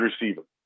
receiver